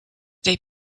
they